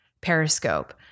Periscope